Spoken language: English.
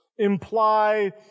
imply